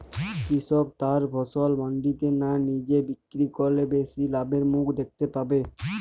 কৃষক তার ফসল মান্ডিতে না নিজে বিক্রি করলে বেশি লাভের মুখ দেখতে পাবে?